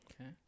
Okay